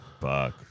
Fuck